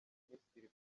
minisitiri